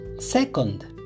Second